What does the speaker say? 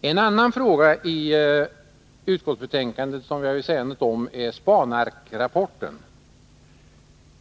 En annan fråga i utskottsbetänkandet, som jag vill säga något om, är Spanark-rapporten.